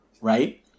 right